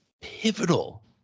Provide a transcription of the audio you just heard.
pivotal